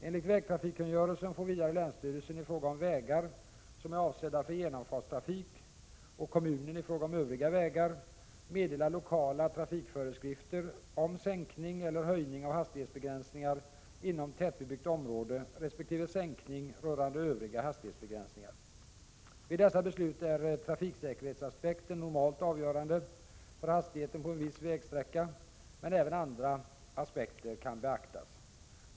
Enligt vägtrafikkungörelsen får vidare länsstyrelsen i fråga om vägar som är avsedda för genomfartstrafik och kommunen i fråga om övriga vägar meddela lokala trafikföreskrifter om sänkning eller höjning av hastighetsbegränsningar inom tätbebyggt område resp. sänkning rörande övriga hastighetsbegränsningar. Vid dessa beslut är trafiksäkerhetsaspekten normalt avgörande för hastigheten på en viss vägsträcka. Även andra aspekter kan beaktas.